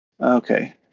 Okay